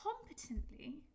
competently